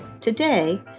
Today